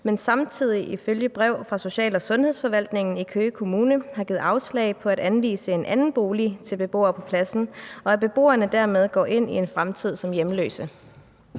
men samtidig ifølge brev fra Social- og Sundhedsforvaltningen i Køge Kommune har givet afslag på at anvise en anden bolig til beboere på pladsen, og at beboerne dermed går ind i en fremtid som hjemløse?